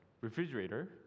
refrigerator